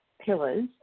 pillars